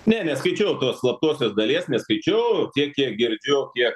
ne neskaičiau tos slaptosios dalies neskaičiau tiek kiek girdėjau kiek